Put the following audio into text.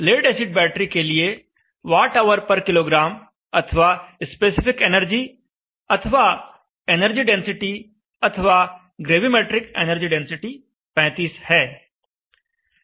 lead acid battery के लिए Whkg अथवा स्पेसिफिक एनर्जी अथवा एनर्जी डेंसिटी अथवा ग्रेविमेट्रिक एनर्जी डेंसिटी 35 है